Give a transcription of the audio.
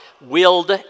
willed